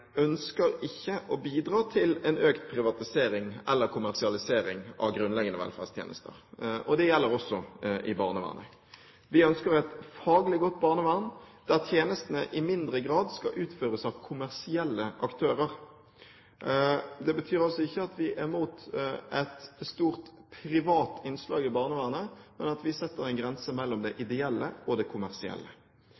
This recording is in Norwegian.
ønsker ikke å bidra til en økt privatisering eller kommersialisering av grunnleggende velferdstjenester. Det gjelder også i barnevernet. Vi ønsker et faglig godt barnevern der tjenestene i mindre grad skal utføres av kommersielle aktører. Det betyr altså ikke at vi er imot et stort privat innslag i barnevernet, men at vi setter en grense mellom det